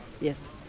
yes